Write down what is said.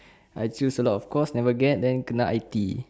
I choose a lot of course never get then kena I_T_E